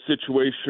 situation